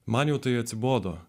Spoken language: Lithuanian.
man jau tai atsibodo